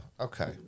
okay